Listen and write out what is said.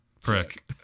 prick